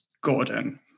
Gordon